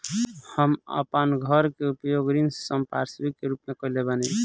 हम आपन घर के उपयोग ऋण संपार्श्विक के रूप में कइले बानी